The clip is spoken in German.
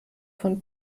von